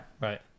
Right